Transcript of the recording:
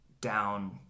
down